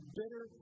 bitter